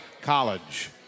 College